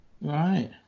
Right